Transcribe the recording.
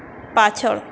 પાછળ